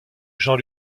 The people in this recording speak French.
jean